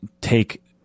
take